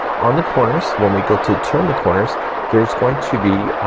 on the corners when we go to turn the corners there's going to be